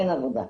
אין עבודה,